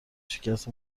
شکست